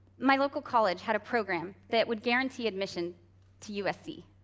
my local college had a program that would guarantee admission to usc.